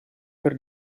per